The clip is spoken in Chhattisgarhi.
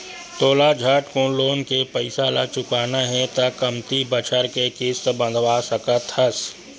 तोला झटकुन लोन के पइसा ल चुकाना हे त कमती बछर के किस्त बंधवा सकस हस